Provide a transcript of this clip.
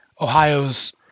Ohio's